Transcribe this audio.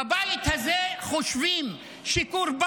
2. בבית הזה חושבים שקורבן,